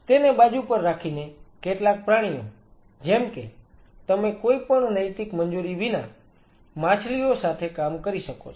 તેને બાજુ પર રાખીને કેટલાક પ્રાણીઓ જેમ કે તમે કોઈપણ નૈતિક મંજૂરી વિના માછલીઓ સાથે કામ કરી શકો છો